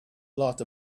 lot